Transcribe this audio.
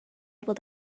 able